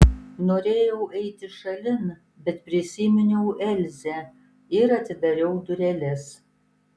norėjau eiti šalin bet prisiminiau elzę ir atidariau dureles